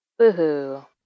Woohoo